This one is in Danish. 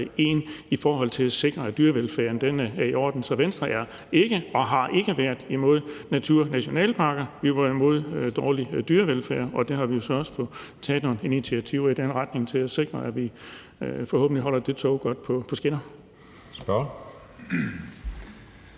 ind i forhold til at sikre, at dyrevelfærden er i orden. Så Venstre er ikke og har ikke været imod naturnationalparker. Vi var imod dårlig dyrevelfærd, og vi har jo også fået taget nogle initiativer i retning af at sikre, at vi forhåbentlig holder det tog godt på skinner.